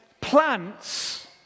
plants